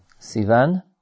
Sivan